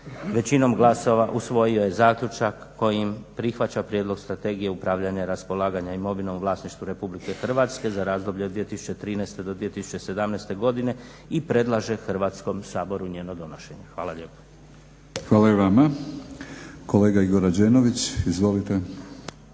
većinom glasova usvojio je zaključak kojim prihvaća Prijedlog strategije upravljanja i raspolaganja imovinom u vlasništvu Republike Hrvatske za razdoblje od 2013. do 2017. godine i predlaže Hrvatskom saboru njeno donošenje. Hvala lijepo. **Batinić, Milorad (HNS)** Hvala i vama. Kolega Igor Rađenović, izvolite.